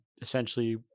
essentially